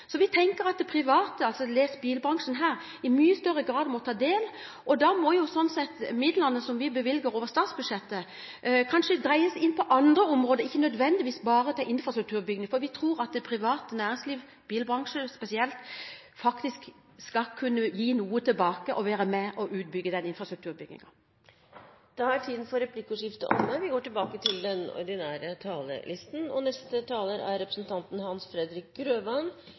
Så vi tenker at private – les bilbransjen her – i mye større grad må ta del. Da må midlene som vi bevilger over statsbudsjettet, kanskje dreie seg inn på andre områder, ikke nødvendigvis bare gå til infrastrukturbygging. Vi tror at det private næringslivet, bilbransjen spesielt, faktisk skal kunne gi noe tilbake og være med i infrastrukturutbyggingen. Replikkordskiftet er slutt. Gjennom flere år har Kristelig Folkeparti og samarbeidspartiene etterlyst nytenkning innenfor samferdselssektoren. Ti års planleggingstid for veibygging er altfor lenge. I flere tiår har vi